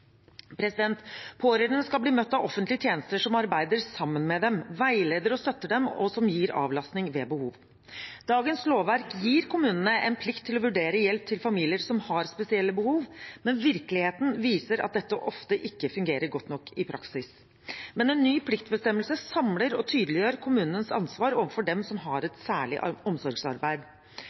Pårørende skal bli møtt av offentlige tjenester som arbeider sammen med dem, veileder og støtter dem og gir avlastning ved behov. Dagens lovverk gir kommunene en plikt til å vurdere hjelp til familier som har spesielle behov, men virkeligheten viser at dette ofte ikke fungerer godt nok i praksis. En ny pliktbestemmelse samler og tydeliggjør kommunenes ansvar overfor dem som har et særlig omsorgsarbeid.